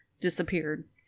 disappeared